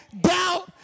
doubt